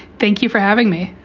thank you for having me.